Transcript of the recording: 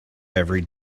every